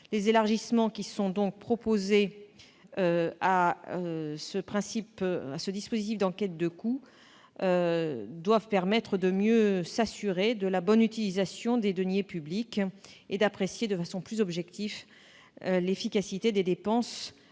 L'élargissement de ce dispositif d'enquêtes de coûts doit permettre de mieux s'assurer de la bonne utilisation des deniers publics et d'apprécier de façon plus objective l'efficacité des dépenses